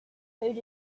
coded